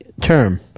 term